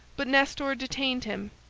but nestor detained him,